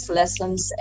lessons